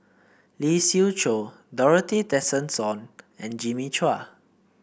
Lee Siew Choh Dorothy Tessensohn and Jimmy Chua